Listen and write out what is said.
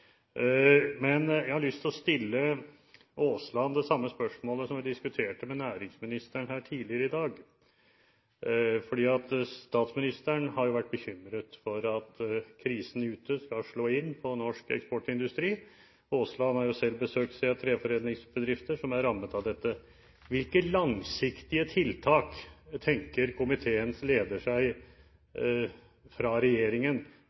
Men jeg har lyst til å stille Aasland det samme spørsmålet som vi diskuterte med næringsministeren her tidligere i dag. Statsministeren har jo vært bekymret for at krisen ute skal slå inn på norsk eksportindustri. Aasland har jo selv besøkt, ser jeg, treforedlingsbedrifter som er rammet av dette. Hvilke langsiktige tiltak tenker komiteens leder seg fra regjeringen,